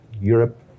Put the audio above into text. Europe